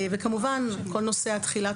כמובן כל נושא התחילה,